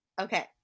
okay